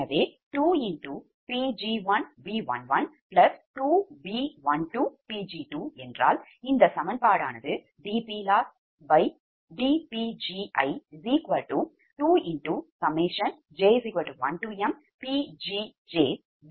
எனவே 2Pg1B112B12Pg2 என்றால் இந்த சமன்பாடு dPLossdPgi2j1mPgjBij இப்படி ஆகும்